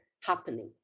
happening